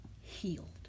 healed